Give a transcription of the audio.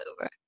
over